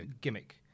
gimmick